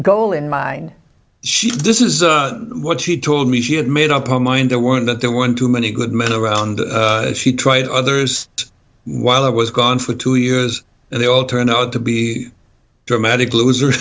goal in mind she this is what she told me she had made up her mind there weren't that there were too many good men around she tried others while i was gone for two years and they all turned out to be dramatic loser